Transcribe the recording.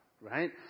right